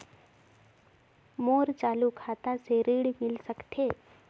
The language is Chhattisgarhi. मोर चालू खाता से ऋण मिल सकथे?